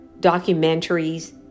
documentaries